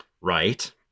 Right